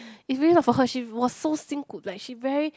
it's really not for her she was so 辛苦 like she very